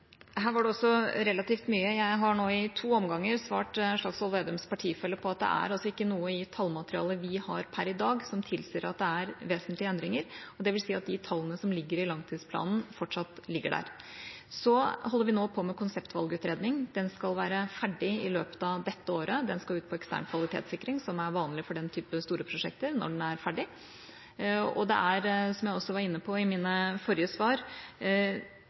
Her var det også relativt mye. Jeg har nå i to omganger svart Slagsvold Vedums partifelle at det altså ikke er noe i tallmaterialet vi har per i dag, som tilsier at det er vesentlige endringer. Det vil si at de tallene som ligger i langtidsplanen, fortsatt ligger der. Vi holder nå på med konseptvalgutredning. Den skal være ferdig i løpet av dette året. Den skal ut på ekstern kvalitetssikring, som er vanlig for den type store prosjekter, når den er ferdig. Det er, som jeg også var inne på i mine forrige svar,